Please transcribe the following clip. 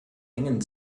engen